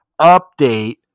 update